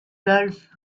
golf